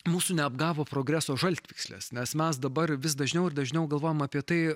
mūsų neapgavo progreso žaltvykslės nes mes dabar vis dažniau ir dažniau galvojam apie tai